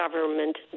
government